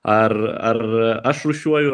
ar ar aš rūšiuoju